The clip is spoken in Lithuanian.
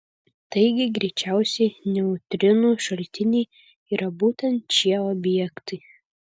taigi greičiausiai neutrinų šaltiniai yra būtent šie objektai